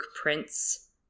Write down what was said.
Prince